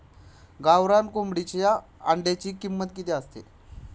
गावरान कोंबडीच्या अंड्याची किंमत किती आहे?